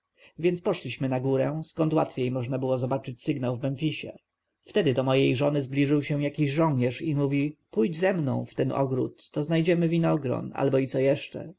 więc poszliśmy na górę skąd łatwiej można zobaczyć sygnał w memfisie wtedy do mojej żony zbliżył się jakiś żołnierz i mówi pójdź ze mną w ten ogród to znajdziemy winogron albo i co jeszcze